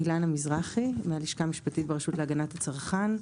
אילנה מזרחי, מהלשכה המשפטית ברשות להגנת הצרכן.